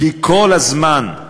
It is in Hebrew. כי כל הזמן,